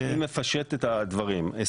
אני מפשט את הדברים.